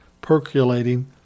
percolating